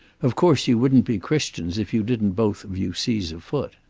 of course you wouldn't be christians if you didn't both of you seize a foot.